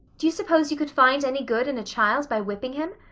do you suppose you could find any good in a child by whipping him?